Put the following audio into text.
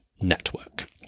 network